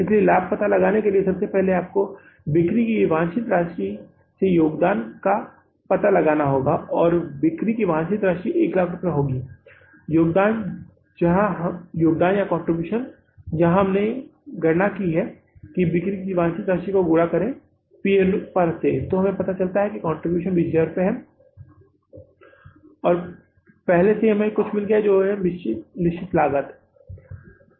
इसलिए लाभ का पता लगाने के लिए सबसे पहले आपको बिक्री की वांछित राशि से योगदान का पता लगाना होगा और बिक्री की वांछित राशि 100000 रुपये होगी योगदान जहां हमने यहां गणना की है कि बिक्री की वांछित राशि को गुणा करें पी वी अनुपात से हमें पता चला कि कंट्रीब्यूशन 20000 है और पहले से ही आपको कुछ मिल गया है जिसे निश्चित लागत कहा जाता है